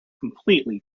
completely